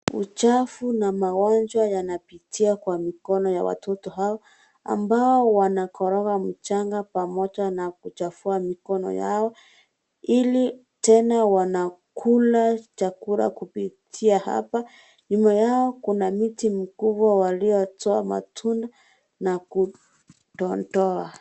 Uchafu na magonjwa yanapitia Kwa mikono ya watoto hawa ambao wanakoroka mjanga pamoja na kuchafua mikono Yao ili tena wanakula chakula ya kupitia hapa. Nyuma yao kuna mti mkubwa yaliyotoa matunda na kudondoa.